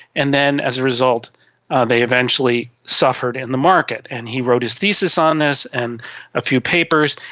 and then as a result they eventually suffered in the market. and he wrote his thesis on this and a few papers,